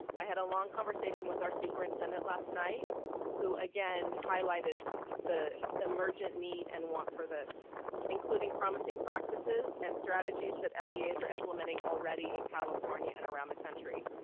i had a long conversation with our superintendent last night who again highlighted the emergent need and want for this including promising practices and strategies that leas are implementing already in california and around the country.